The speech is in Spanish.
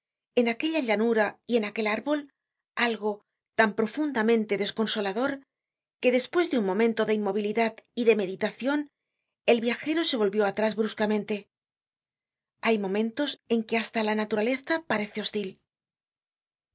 en aquella llanura y en aquel árbol algo tan profundamente desconsolador que despues de un momento de inmovilidad y de meditacion el viajero se volvió atrás bruscamente hay momentos en que hasta la naturaleza parece hostil